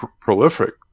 prolific